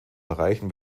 erreichen